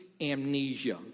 amnesia